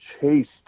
chased